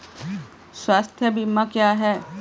स्वास्थ्य बीमा क्या है?